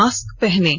mask पहनें